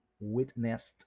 witnessed